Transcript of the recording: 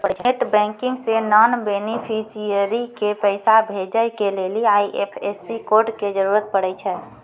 net banking से non beneficiary के पैसा भेजै के लेली आई.एफ.एस.सी कोड के जरूरत पड़ै छै